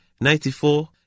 ninety-four